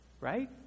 right